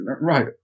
right